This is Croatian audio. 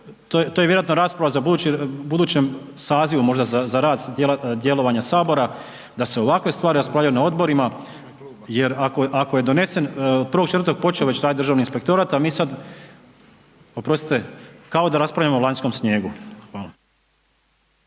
to je vjerojatno rasprava u budućem sazivu, možda za rad djelovanja Sabora da se ovakve stvari raspravljaju na odborima jer ako je donesen, 1.4. počeo već raditi državni inspektorat a mi sad, oprostite kao da raspravljamo o lanjskom snijegu.